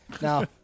Now